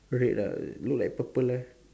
red ah look like purple leh